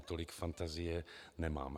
Tolik fantazie nemám.